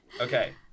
Okay